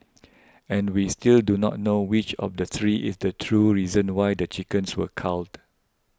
and we still do not know which of the three is the true reason why the chickens were culled